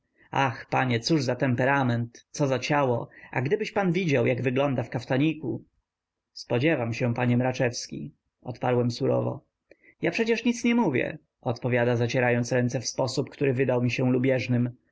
ach panie co to za temperament co za ciało a gdybyś pan widział jak wygląda w kaftaniku spodziewam się panie mraczewski odparłem surowo ja przecież nic nie mówię odpowiada zacierając ręce w sposób który wydał mi się lubieżnym